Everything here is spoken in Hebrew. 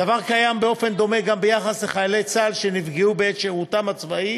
הדבר קיים באופן דומה גם ביחס לחיילי צה"ל שנפגעו בעת שירותם הצבאי